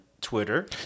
Twitter